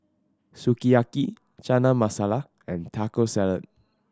Sukiyaki Chana Masala and Taco Salad